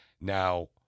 Now